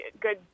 good